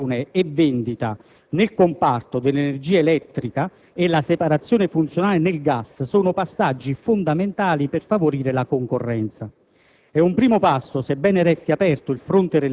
la separazione societaria tra distribuzione e vendita nel comparto dell'energia elettrica e la separazione funzionale nel gas sono passaggi fondamentali per favorire la concorrenza.